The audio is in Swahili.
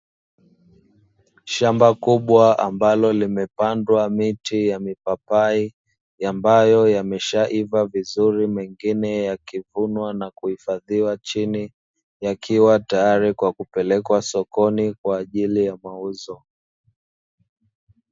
Shamba kubwa ambalo limepandwa miti ya mipapai ambayo yameshaiva vizuri mengine yakivunwa na kuhifadhiwa chini, yakiwa tayari kwa kupelekwa sokoni kwa ajili ya mauzo.